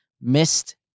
missed